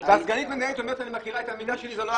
סגנית המנהלת אמרה שהיא מכירה אותה וזה לא עזר.